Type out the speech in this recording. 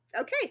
okay